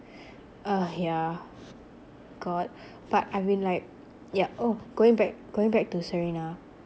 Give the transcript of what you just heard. ugh yeah god but I've been like yeah oh going back going back to serena